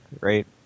right